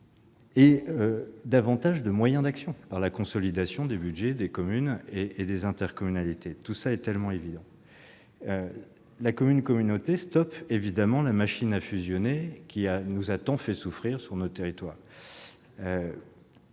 et davantage de moyens d'action, grâce à la consolidation des budgets des communes et des intercommunalités. Tout cela est tellement évident ! La commune-communauté stoppe évidemment la machine à fusionner qui nous a tant fait souffrir sur nos territoires.